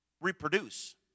reproduce